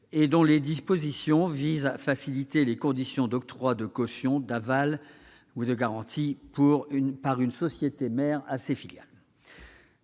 et dont les dispositions visent à faciliter les conditions d'octroi de cautions, d'avals ou de garanties par une société mère à ses filiales.